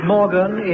Morgan